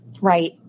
Right